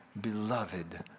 beloved